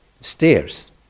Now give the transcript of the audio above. stairs